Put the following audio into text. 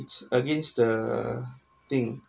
it's against the thing